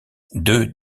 deux